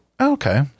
Okay